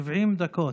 70 דקות.